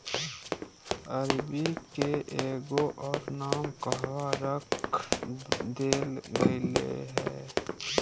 अरबी के एगो और नाम कहवा रख देल गेलय हें